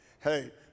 Hey